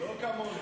לא כמונו.